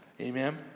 Amen